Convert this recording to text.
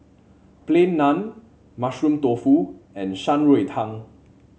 Plain Naan Mushroom Tofu and Shan Rui Tang